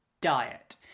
diet